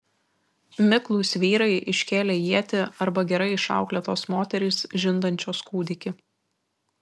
miklūs vyrai iškėlę ietį arba gerai išauklėtos moterys žindančios kūdikį